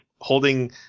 holding